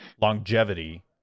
longevity